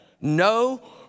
no